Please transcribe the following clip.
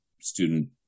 student